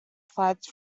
flights